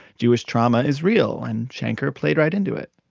jewish trauma is real, and shanker played right into it.